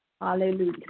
Hallelujah